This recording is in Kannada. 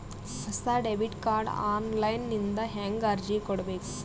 ಹೊಸ ಡೆಬಿಟ ಕಾರ್ಡ್ ಆನ್ ಲೈನ್ ದಿಂದ ಹೇಂಗ ಅರ್ಜಿ ಕೊಡಬೇಕು?